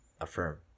affirm